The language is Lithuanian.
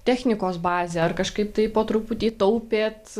technikos bazę ar kažkaip tai po truputį taupėt